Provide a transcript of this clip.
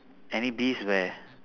any bees where